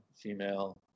female